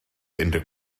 unrhyw